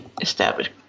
established